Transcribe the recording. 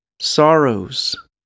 Sorrows